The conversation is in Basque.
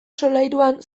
solairuan